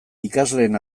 ikasleen